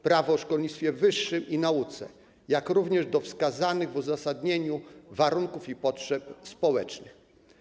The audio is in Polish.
Prawo o szkolnictwie wyższym i nauce, jak również do wskazanych w uzasadnieniu warunków i potrzeb społecznych.